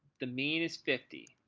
the mean is fifty.